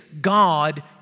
God